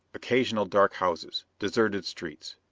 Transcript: occasional dark houses. deserted streets.